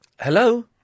Hello